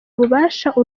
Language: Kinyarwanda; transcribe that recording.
bushake